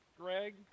Greg